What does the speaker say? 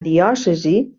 diòcesi